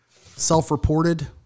self-reported